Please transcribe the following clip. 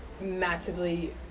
massively